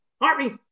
Harvey